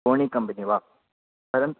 Sony company वा परन्तु